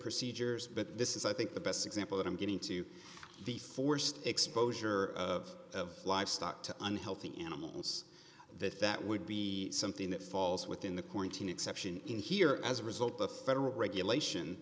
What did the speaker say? procedures but this is i think the best example that i'm getting to the forced exposure of livestock to unhealthy animals that that would be something that falls within the quarantine exception in here as a result of federal regulation